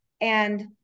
And-